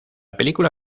película